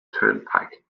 turnpike